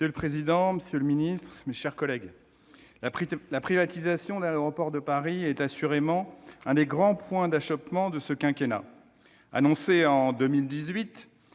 Monsieur le président, monsieur le secrétaire d'État, mes chers collègues, la privatisation d'Aéroports de Paris est assurément un des grands points d'achoppement de ce quinquennat. Annoncé en 2018